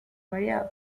variado